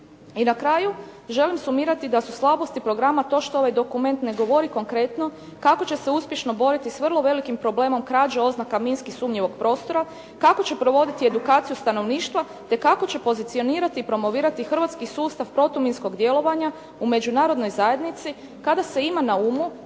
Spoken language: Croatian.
I na kraju želim sumirati da su slabosti programa to što ovaj dokument ne govori konkretno kako će se uspješno boriti s vrlo velikim problemom krađa oznaka minski sumnjivog prostora, kako će provoditi edukaciju stanovništva te kako će pozicionirati i promovirati hrvatski sustav protuminskog djelovanja u Međunarodnoj zajednici kada se ima na umu